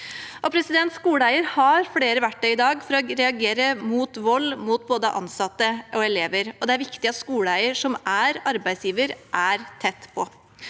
Skoleeieren har i dag flere verktøy for å reagere mot vold mot både ansatte og elever, og det er viktig at skoleeieren, som er arbeidsgiver, er tett på.